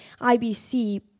IBC